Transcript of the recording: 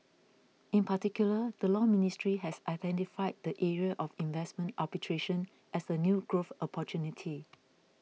in particular the Law Ministry has identified the area of investment arbitration as a new growth opportunity